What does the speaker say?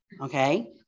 okay